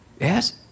yes